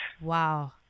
wow